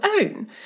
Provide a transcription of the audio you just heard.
own